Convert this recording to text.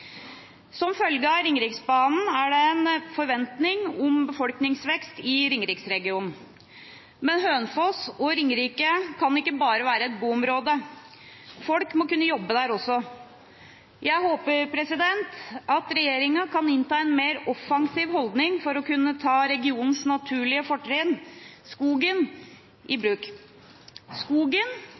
Som følge av Ringeriksbanen er det en forventning om befolkningsvekst i Ringeriksregionen. Men Hønefoss og Ringerike kan ikke bare være et boområde. Folk må kunne jobbe der også. Jeg håper regjeringen kan innta en mer offensiv holdning for å kunne ta regionens naturlige fortrinn, skogen, i